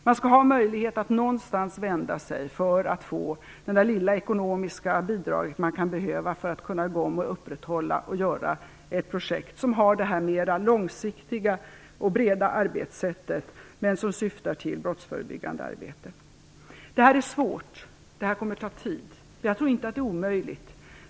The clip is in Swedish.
Man skall ha möjlighet att vända sig någonstans för att få det lilla ekonomiska bidrag man kan behöva för att komma i gång och upprätthålla projekt som har ett mer långsiktigt och brett arbetssätt och som syftar till brottförebyggande arbete. Detta är svårt. Det kommer att ta tid. Men jag tror inte att det är omöjligt.